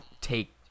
take